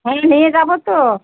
ফল নিয়ে যাব তো